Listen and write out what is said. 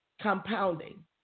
compounding